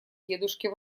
дедушке